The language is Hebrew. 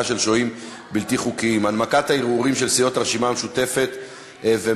של שוהים בלתי חוקיים) הנמקת הערעורים של סיעות הרשימה המשותפת ומרצ,